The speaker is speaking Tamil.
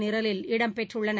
நிரலில் இடம் பெற்றுள்ளன